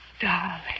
Darling